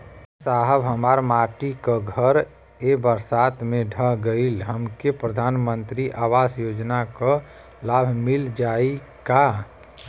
ए साहब हमार माटी क घर ए बरसात मे ढह गईल हमके प्रधानमंत्री आवास योजना क लाभ मिल जाई का?